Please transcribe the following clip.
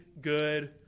good